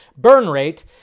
Burnrate